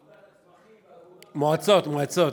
אגודת הצמחים ואגודות, מועצות, מועצות.